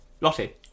Lottie